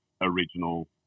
original